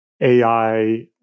AI